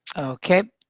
okay.